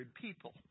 people